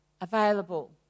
available